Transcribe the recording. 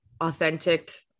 authentic